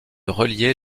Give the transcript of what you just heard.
relier